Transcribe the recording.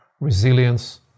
resilience